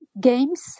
games